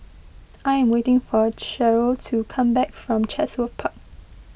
I am waiting for Cheryle to come back from Chatsworth Park